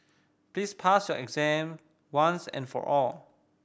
please pass your exam once and for all